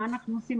מה אנחנו עושות?